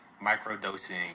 micro-dosing